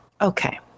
Okay